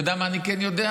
אתה יודע מה אני כן יודע?